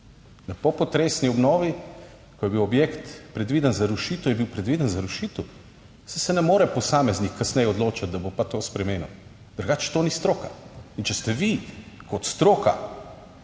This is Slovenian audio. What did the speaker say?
Na popotresni obnovi, ko je bil objekt predviden za rušitev, je bil predviden za rušitev, saj se ne more posameznik kasneje odločiti, da bo pa to spremenil, drugače to ni stroka. In če ste vi kot stroka